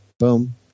Boom